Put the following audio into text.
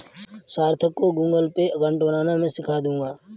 सार्थक को Google Pay account बनाना मैं सीखा दूंगा